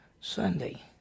Sunday